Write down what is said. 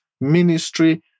ministry